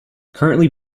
currently